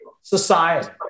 society